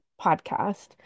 podcast